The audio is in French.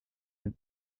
est